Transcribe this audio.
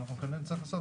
אז כנראה שנצטרך לעשות